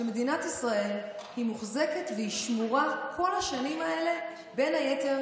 שמדינת ישראל מוחזקת ושמורה כל השנים האלה בין היתר